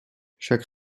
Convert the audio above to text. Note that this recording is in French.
chaque